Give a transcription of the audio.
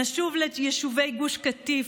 נשוב ליישובי גוש קטיף,